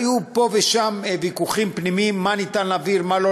היו פה ושם ויכוחים פנימיים מה אפשר להעביר,